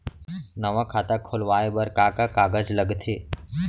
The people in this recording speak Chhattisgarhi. नवा खाता खुलवाए बर का का कागज लगथे?